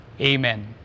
Amen